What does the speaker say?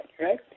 right